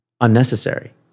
unnecessary